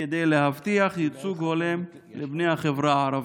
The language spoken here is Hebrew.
כדי להבטיח ייצוג הולם לבני החברה הערבית?